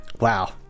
Wow